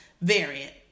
variant